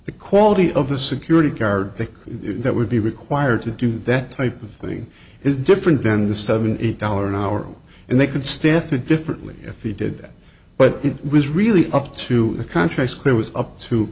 the quality of the security guard think that would be required to do that type of thing is different than the seven eight dollars an hour and they could stepha differently if he did that but it was really up to the country squire was up to